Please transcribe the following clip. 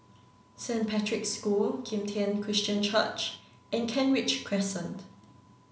Saint Patrick's School Kim Tian Christian Church and Kent Ridge Crescent